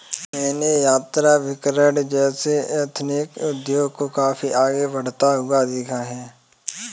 मैंने यात्राभिकरण जैसे एथनिक उद्योग को काफी आगे बढ़ता हुआ देखा है